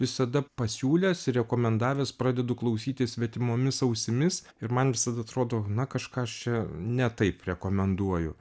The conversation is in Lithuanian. visada pasiūlęs ir rekomendavęs pradedu klausyti svetimomis ausimis ir man visada atrodo na kažką aš čia ne taip rekomenduoju